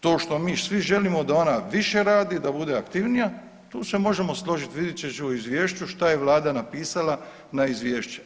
To što mi svi želimo da ona više radi, da bude aktivnija, tu se možemo složiti, vidjet ću u izvješću što je Vlada napisala na izvješće.